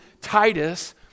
Titus